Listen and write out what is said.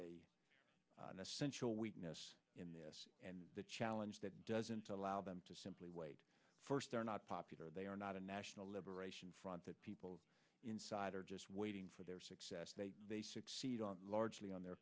a an essential weakness in this and the challenge that doesn't allow them to simply wait first they're not popular they are not a national liberation front that people inside are just waiting for their success they may succeed on largely on their